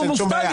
אין שום בעיה.